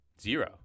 Zero